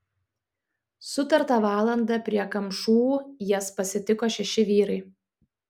sutartą valandą prie kamšų jas pasitiko šeši vyrai